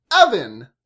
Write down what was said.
Evan